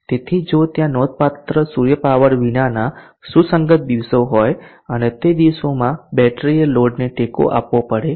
તેથી જો ત્યાં નોંધપાત્ર સૂર્ય પાવર વિનાના સુસંગત દિવસો હોય અને તે દિવસોમાં બેટરીએ લોડને ટેકો આપવો પડે છે